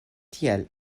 tiel